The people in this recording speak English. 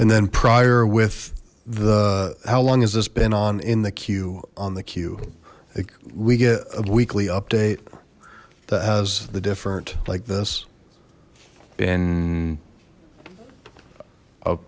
and then prior with the how long has this been on in the queue on the queue we get a weekly update that has the different like this in